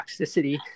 toxicity